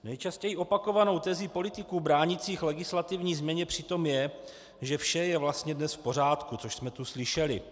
Nejčastěji opakovanou tezí politiků bránících legislativní změně přitom je, že vše je vlastně dnes v pořádku, což jsme tu slyšeli.